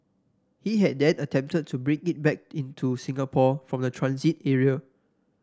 he had then attempted to bring it back in to Singapore from the transit area